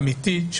אמיתית,